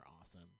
awesome